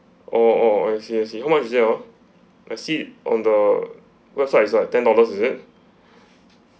oh oh oh I see I see how much is that ah I see it on the website it's like ten dollars is it